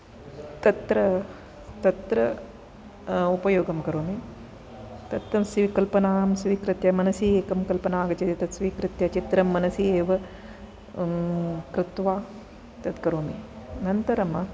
तत्र तत्र उपयोगं करोमि तत् स्व कल्पनां स्वीकृत्य मनसि एकं कल्पना आगच्छति तत्स्वीकृत्य वित्रं मनसि एव कृत्वा तत्करोमि अनन्तरं